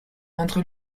entre